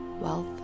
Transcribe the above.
wealth